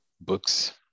books